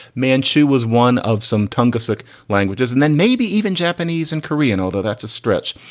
manchu was one of some tongas like languages and then maybe even japanese and korean, although that's a stretch.